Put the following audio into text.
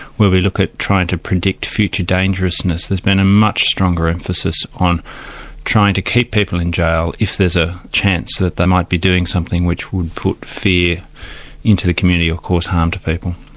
where we look at trying to predict future dangerousness, there's been a much stronger emphasis on trying to keep people in jail if there's a chance that they might be doing something which would put fear into the community or cause harm to people.